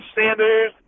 Sanders